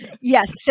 Yes